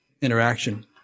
interaction